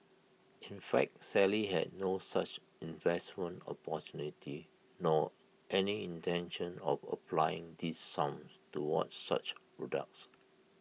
in fact Sally had no such investment opportunity nor any intention of applying these sums towards such products